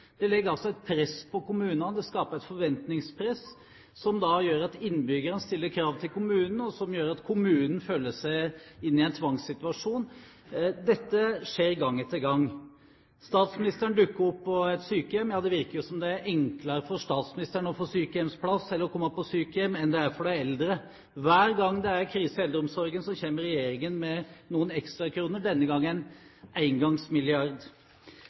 et press på kommunene, det skaper et forventningspress som gjør at innbyggerne stiller krav til kommunen, og som gjør at kommunen føler at de er i en tvangssituasjon. Dette skjer gang etter gang. Statsministeren dukker opp på et sykehjem – ja, det virker som om det er enklere for statsministeren å få sykehjemsplass eller komme på sykehjem enn det er for de eldre. Hver gang det er krise i eldreomsorgen, kommer regjeringen med noen ekstrakroner, denne gangen en engangsmilliard.